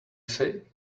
say